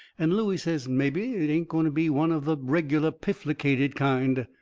and looey says mebby it ain't going to be one of the reg'lar pifflicated kind.